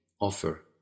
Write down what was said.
offer